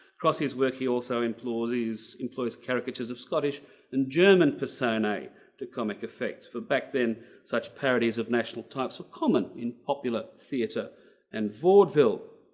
across his work he also implore these employees caricatures of scottish and german persona to comic effect for back then such parodies of national types were common in popular theatre and vaudeville.